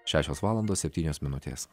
šešios valandos septynios minutės